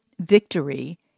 victory